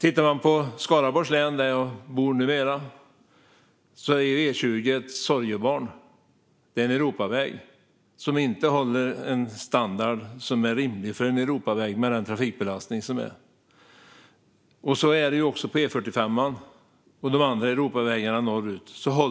I Skaraborg, där jag bor numera, är E20 ett sorgebarn. Det är en europaväg som inte håller en standard som är rimlig för en europaväg med den trafikbelastning som är. Så är det också på E45 och de andra europavägarna norrut.